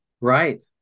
Right